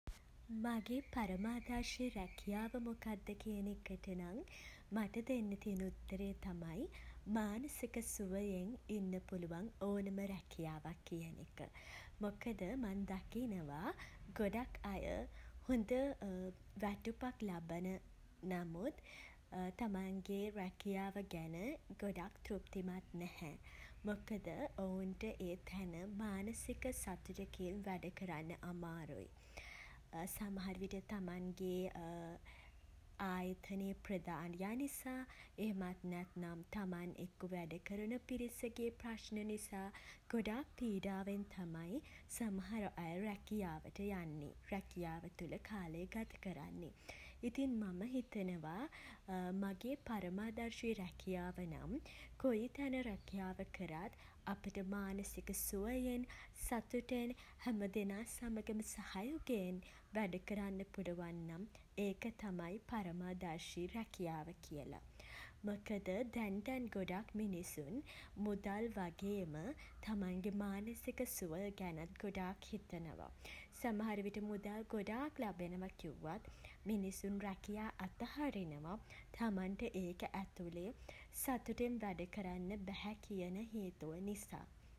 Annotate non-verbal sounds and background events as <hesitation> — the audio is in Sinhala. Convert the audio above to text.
මගේ පරමාදර්ශී රැකියාව මොකක්ද කියන එකට නම් <hesitation> මට දෙන්න තියෙන උත්තරේ තමයි <hesitation> මානසික සුවයෙන් ඉන්න පුළුවන් ඕනෑම රැකියාවක් කියන එක. මොකද <hesitation> මං දකිනවා ගොඩක් අය <hesitation> හොඳ වැටුපක් ලබන නමුත් <hesitation> තමන්ගේ රැකියාව ගැන <hesitation> ගොඩක් තෘප්තිමත් නැහැ. මොකද <hesitation> ඔවුන්ට ඒ තැන මානසික සතුටකින් වැඩ කරන්න අමාරුයි. සමහරවිට තමන්ගේ <hesitation> ආයතනයේ ප්‍රධානියා නිසා <hesitation> එහෙමත් නැත්නම් තමන් එක්ක වැඩ කරන පිරිසගේ ප්රශ්න නිසා <hesitation> ගොඩක් පීඩාවෙන් තමයි <hesitation> සමහර අය රැකියාවට යන්නේ <hesitation> රැකියාව තුළ කාලය ගත කරන්නේ. ඉතින් මම හිතනවා <hesitation> මගේ පරමාදර්ශී රැකියාව නම් <hesitation> කොයි තැන රැකියාව කරත් <hesitation> අපිට මානසික සුවයෙන් <hesitation> සතුටෙන් <hesitation> හැම දෙනා සමඟම සහයෝගයෙන් <hesitation> වැඩ කරන්න පුළුවන් නම් ඒක තමයි <hesitation> පරමාදර්ශී රැකියාව කියලා. මොකද <hesitation> දැන් දැන් ගොඩක් මිනිසුන් <hesitation> මුදල් වගේම <hesitation> තමන්ගේ මානසික සුවය ගැනත් ගොඩාක් හිතනවා. සමහරවිට මුදල් ගොඩාක් ලැබෙනවා කිව්වත් <hesitation> මිනිසුන් රැකියා අතහරිනවා <hesitation> තමන්ට ඒක ඇතුලේ <hesitation> සතුටින් වැඩ කරන්න බැහැ කියන හේතුව නිසා.